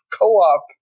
co-op